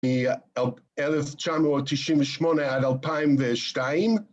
מ-1998 עד 2002.